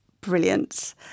Brilliant